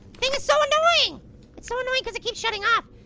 thing is so annoying! it's so annoying cause it keeps shutting off.